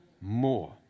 more